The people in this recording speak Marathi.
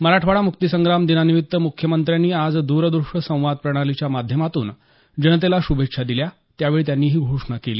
मराठवाडा मुक्तीसंग्राम दिनानिमित्त मुख्यमंत्र्यांनी आज दरदृष्य संवाद प्रणालीच्या माध्यमातून जनतेला शूभेच्छा दिल्या त्यावेळी त्यांनी ही घोषणा केली